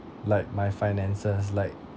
like my finances like